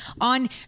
on